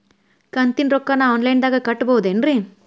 ಕಂತಿನ ರೊಕ್ಕನ ಆನ್ಲೈನ್ ದಾಗ ಕಟ್ಟಬಹುದೇನ್ರಿ?